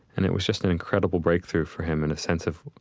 and it was just an incredible breakthrough for him and a sense of